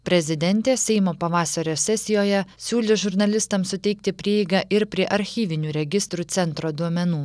prezidentė seimo pavasario sesijoje siūlys žurnalistams suteikti prieigą ir prie archyvinių registrų centro duomenų